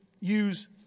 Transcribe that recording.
use